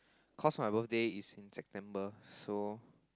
cause my birthday is in September so